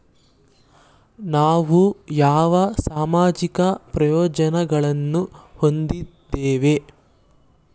ನಾವು ಯಾವ ಸಾಮಾಜಿಕ ಪ್ರಯೋಜನಗಳನ್ನು ಹೊಂದಿದ್ದೇವೆ?